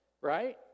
right